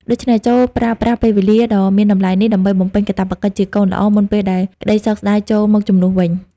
ដូច្នេះ ចូរប្រើប្រាស់ពេលវេលាដ៏មានតម្លៃនេះ ដើម្បីបំពេញកាតព្វកិច្ចជាកូនល្អ មុនពេលដែលក្តីសោកស្តាយចូលមកជំនួសវិញ។